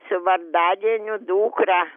su vardadieniu dukrą